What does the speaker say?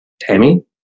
Tammy